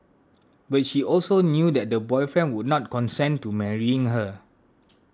but she also knew that the boyfriend would not consent to marrying her